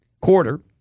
quarter